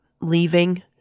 leaving